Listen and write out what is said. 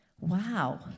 Wow